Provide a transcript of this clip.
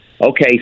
Okay